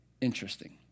interesting